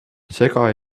sega